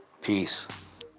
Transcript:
Peace